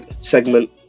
segment